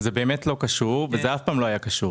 זה באמת לא קשור ואף פעם לא היה קשור.